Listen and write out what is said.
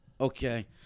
okay